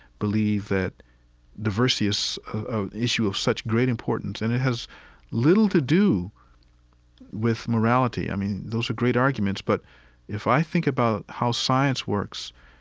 believe that diversity is an issue of such great importance, and it has little to do with morality. i mean, those are great arguments, but if i think about how science works,